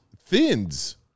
Thins